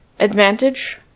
Advantage